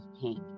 pink